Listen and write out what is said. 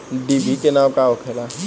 डिभी के नाव का होखेला?